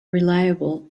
reliable